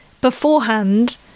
beforehand